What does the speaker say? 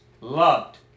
loved